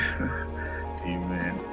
amen